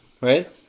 right